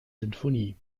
sinfonie